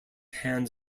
hands